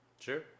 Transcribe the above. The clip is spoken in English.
Sure